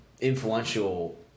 influential